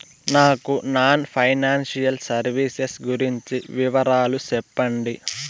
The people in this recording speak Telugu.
నాకు నాన్ ఫైనాన్సియల్ సర్వీసెస్ గురించి వివరాలు సెప్పండి?